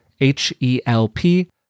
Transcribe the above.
H-E-L-P